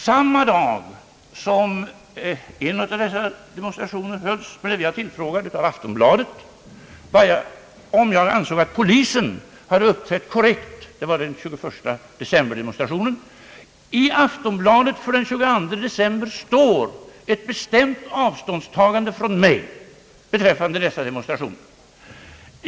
Samma dag som en av dessa demon strationer hölls blev jag tillfrågad av Aftonbladet om jag ansåg att polisen hade uppträtt korrekt. Det gällde 21-decemberdemonstrationen. I Aftonbladet för den 22 december står ett bestämt avståndstagande av mig beträffande den demonstrationen.